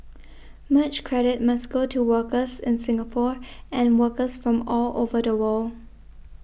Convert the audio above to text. much credit must go to workers in Singapore and workers from all over the world